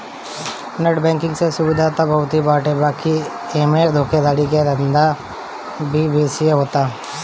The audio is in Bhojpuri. नेट बैंकिंग से सुविधा त बहुते बाटे बाकी एमे धोखाधड़ी के धंधो भी बेसिये होता